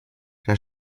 der